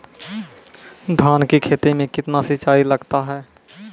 धान की खेती मे कितने सिंचाई लगता है?